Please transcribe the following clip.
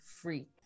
free